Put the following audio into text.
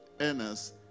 earners